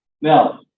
now